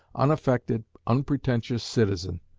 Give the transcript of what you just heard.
unaffected, unpretentious citizen.